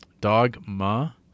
Dogma